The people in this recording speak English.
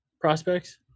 prospects